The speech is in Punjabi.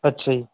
ਅੱਛਾ ਜੀ